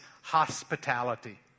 hospitality